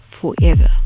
forever